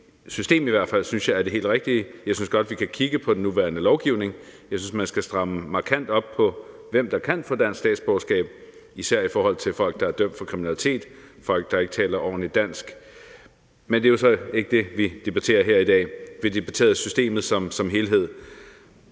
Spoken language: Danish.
Det system synes jeg er det helt rigtige. Jeg synes godt, vi kan kigge på den nuværende lovgivning, og jeg synes, man skal stramme markant op på, hvem der kan få dansk statsborgerskab, især i forhold til folk, der er dømt for kriminalitet, og folk, der ikke taler ordentligt dansk. Men det er jo så ikke det, vi debatterer her i dag, for vi debatterer systemet som helhed.